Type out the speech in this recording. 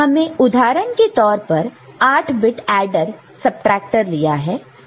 हमने उदाहरण के तौर पर 8 बिट एडर सबट्रैक्टटर लिया है